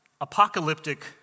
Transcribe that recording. apocalyptic